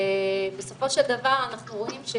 ובסופו של דבר אנחנו רואים,